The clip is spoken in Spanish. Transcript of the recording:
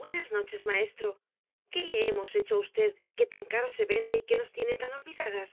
buenas noches maestro qué le hemos he cho á usted que tan caro se vende y que nos tiene tan olvidadas